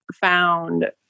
found